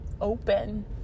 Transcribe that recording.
open